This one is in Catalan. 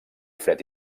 fred